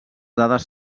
dades